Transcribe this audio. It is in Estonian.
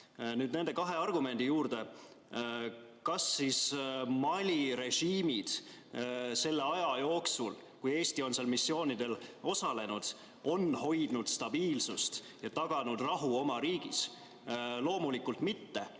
nende kahe argumendi juurde. Kas Mali režiimid selle aja jooksul, kui Eesti on seal missioonidel osalenud, on hoidnud stabiilsust ja taganud rahu oma riigis? Loomulikult mitte.